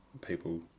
people